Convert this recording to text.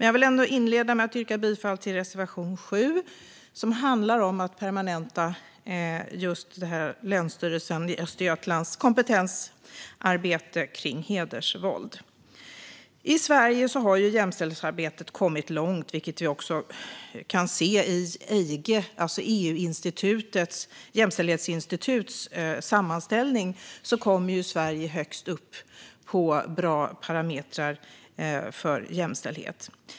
Jag vill inleda med att yrka bifall till reservation 7, som handlar om att permanenta det nationella uppdraget mot hedersrelaterat våld och förtryck vid Länsstyrelsen i Östergötland. I Sverige har jämställdhetsarbetet kommit långt, vilket vi också kan se i EIGE:s, EU:s jämställdhetsinstituts, sammanställning. Där kommer Sverige högst upp när det gäller bra parametrar för jämställdhet.